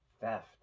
theft